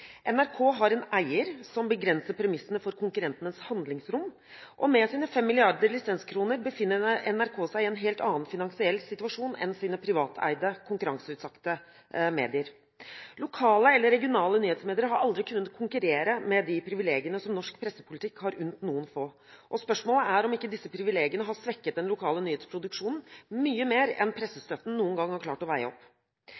NRK har en eier som begrenser premissene for konkurrentenes handlingsrom, og med sine 5 mrd. lisenskroner befinner NRK seg i en helt annen finansiell situasjon enn de privateide, konkurranseutsatte medier. Lokale eller regionale nyhetsmedier har aldri kunnet konkurrere med de privilegiene som norsk pressepolitikk har unnet noen få. Spørsmålet er om ikke disse privilegiene har svekket den lokale nyhetsproduksjonen mye mer enn